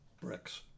bricks